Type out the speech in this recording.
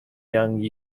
young